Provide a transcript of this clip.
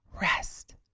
rest